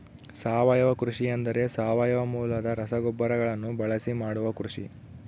ಸಾವಯವ ಕೃಷಿ ಎಂದರೆ ಸಾವಯವ ಮೂಲದ ರಸಗೊಬ್ಬರಗಳನ್ನು ಬಳಸಿ ಮಾಡುವ ಕೃಷಿ